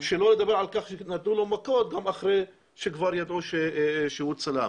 שלא לדבר על כך שנתנו לו מכות גם אחרי שכבר ידעו שהוא צלם.